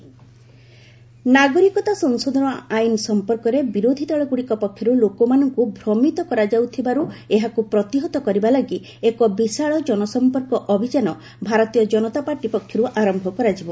BJP CAA ନାଗରିକତା ସଂଶୋଧନ ଆଇନ ସଂପର୍କରେ ବିରୋଧୀଦଳଗୁଡ଼ିକ ପକ୍ଷରୁ ଲୋକମାନଙ୍କୁ ଭ୍ରମିତ କରାଯାଉଥିବାରୁ ଏହାକୁ ପ୍ରତିହତ କରିବା ଲାଗି ଏକ ବିଶାଳ ଜନସଂପର୍କ ଅଭିଯାନ ଭାରତୀୟ କନତା ପାର୍ଟି ପକ୍ଷର୍ ଆରମ୍ଭ କରାଯିବ